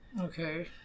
Okay